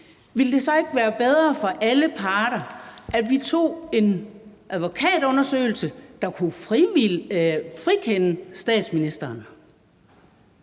ville det så ikke være bedre for alle parter, at vi tog en advokatundersøgelse, der kunne frikende statsministeren?